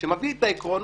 שמביא את העקרונות,